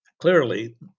clearly